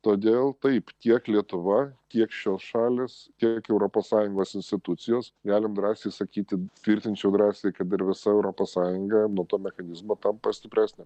todėl taip tiek lietuva tiek šios šalys tiek europos sąjungos institucijos galim drąsiai sakyti tvirtinčiau drąsiai kad ir visa europos sąjunga nuo to mechanizmo tampa stipresnė